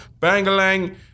bangalang